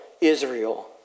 Israel